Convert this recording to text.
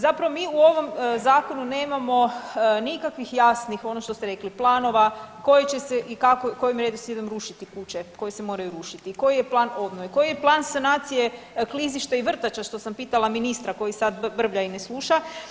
Zapravo mi u ovom Zakonu nemamo nikakvih jasnih, ono što ste rekli, planova, koje će se i kako, kojim redoslijedom rušiti kuće koje se moraju rušiti i koji je plan obnove, koji je plan sanacije klizišta i vrtača što sam pitala ministra koji sad brblja i ne sluša.